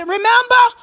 Remember